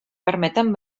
permeten